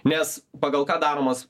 nes pagal ką daromos